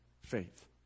faith